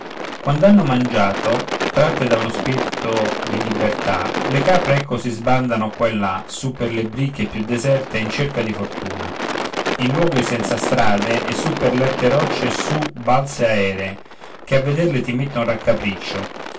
capre quand'han mangiato tratte da uno spirito di libertà le capre ecco si sbandano qua e là su per le bricche più deserte in cerca di fortuna in luoghi senza strade e su per l'erte rocce e su balze aeree che a vederle ti metton raccapriccio